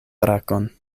brakon